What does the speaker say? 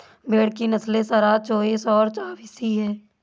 भेड़ की नस्लें सारदा, चोइस और अवासी हैं